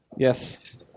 Yes